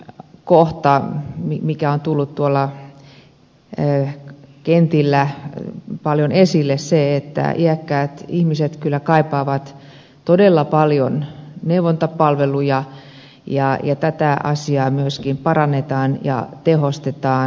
yksi kohta mikä on tullut tuolla kentillä paljon esille on ollut se että iäkkäät ihmiset kyllä kaipaavat todella paljon neuvontapalveluja ja tätä asiaa myöskin parannetaan ja tehostetaan